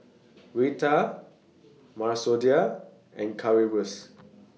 Raita Masoor Dal and Currywurst